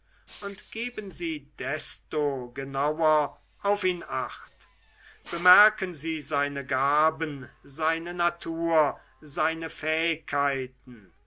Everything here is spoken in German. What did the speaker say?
und geben sie desto genauer auf ihn acht bemerken sie seine gaben seine natur seine fähigkeiten